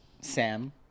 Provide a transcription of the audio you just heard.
Sam